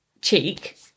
cheek